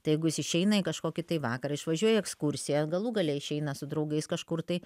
tai jeigu jis išeina į kažkokį tai vakarą išvažiuoja į ekskursiją galų gale išeina su draugais kažkur tai